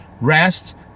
rest